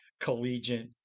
collegiate